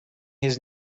his